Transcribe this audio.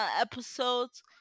episodes